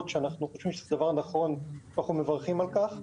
שאנחנו חושבים שזה דבר נכון ואנחנו מברכים על כך,